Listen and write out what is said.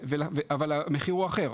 אבל המחיר הוא אחר,